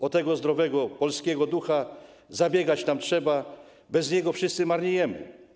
O tego zdrowego, polskiego ducha zabiegać nam trzeba, bez niego wszyscy marniejemy.